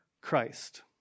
Christ